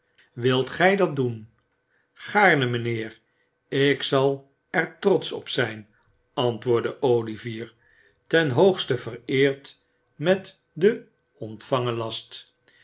t gij dat doen gaarne mijnheer ik zal er trotsch op zijn antwoordde olivier ten hoogste vereerd met den ontvangen last